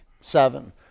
seven